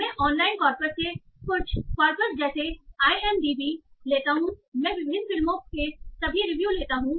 मैं online corpus से कुछ कॉर्पस जैसे आई एम डी बी लेता हूं मैं विभिन्न फिल्मों से सभी रिव्यू लेता हूं